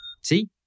See